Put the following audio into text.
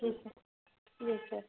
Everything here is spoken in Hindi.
ji sir yes sir